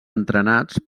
entrenats